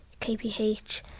KPH